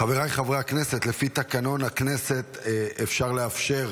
חבריי חברי הכנסת, לפי תקנון הכנסת אפשר לאפשר,